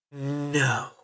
No